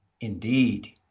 indeed